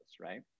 right